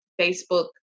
Facebook